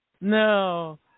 No